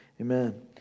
amen